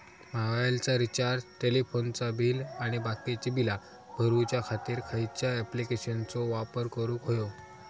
मोबाईलाचा रिचार्ज टेलिफोनाचा बिल आणि बाकीची बिला भरूच्या खातीर खयच्या ॲप्लिकेशनाचो वापर करूक होयो?